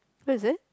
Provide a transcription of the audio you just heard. where is it